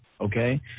okay